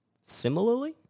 similarly